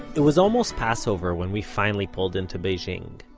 it was almost passover when we finally pulled into beijing,